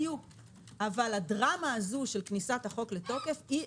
אבל הדרמה הזאת של כניסת החוק לתוקף אי